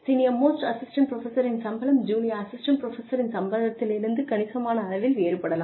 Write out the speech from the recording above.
senior most assistant புரஃபசரின் சம்பளம் junior assistant புரஃபசரின் சம்பளத்திலிருந்து கணிசமான அளவில் வேறுபடலாம்